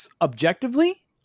objectively